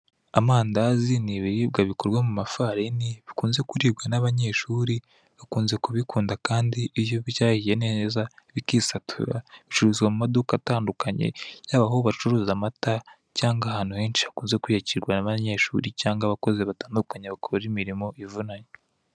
Amandazi ni ibiribwa bikorwa mu mafarini bikunze kuribwa n'abanyeshuri, bakunze kubikunda kandi iyo byahiye neza bikisatura, bicuruzwa mu maduka atandukanye yaba aho bacuruza amata cyangwa ahantu henshi hakunze kwiyakirwa n'abanyeshuri cyangwa abakozi batandukanye bakora imirimo ivunanye.